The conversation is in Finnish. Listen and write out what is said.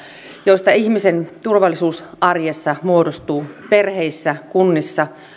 joista ihmisen turvallisuus arjessa muodostuu perheissä kunnissa